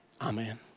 Amen